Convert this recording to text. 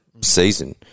season